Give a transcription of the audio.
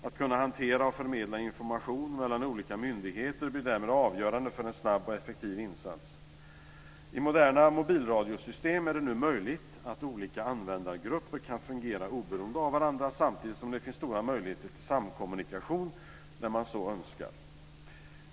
Att kunna hantera och förmedla information mellan olika myndigheter blir därmed avgörande för en snabb och effektiv insats. I moderna mobilradiosystem är det nu möjligt att olika användargrupper kan fungera oberoende av varandra, samtidigt som det finns stora möjligheter till samkommunikation när man så önskar.